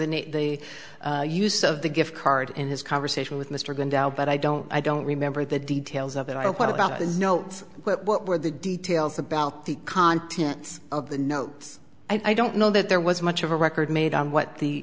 the use of the gift card in his conversation with mr going down but i don't i don't remember the details of it i know what about the notes what were the details about the contents of the notes i don't know that there was much of a record made on what the